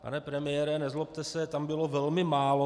Pane premiére, nezlobte se, tam bylo velmi málo.